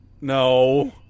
No